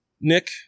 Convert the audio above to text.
nick